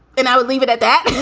and i would leave it at that